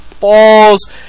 falls